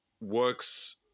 works